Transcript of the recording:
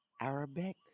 Arabic